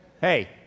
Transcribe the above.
Hey